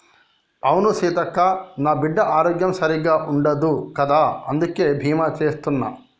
అవును సీతక్క, నా బిడ్డ ఆరోగ్యం సరిగ్గా ఉండదు కదా అందుకే బీమా సేత్తున్న